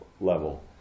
level